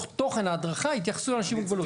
תוכן ההדרכה יתייחסו לאנשים עם מוגבלות.